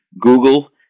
Google